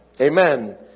Amen